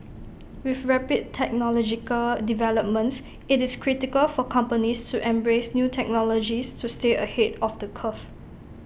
with rapid technological developments IT is critical for companies to embrace new technologies to stay ahead of the curve